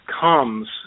comes